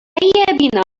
هيا